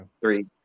three